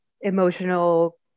emotional